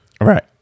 Right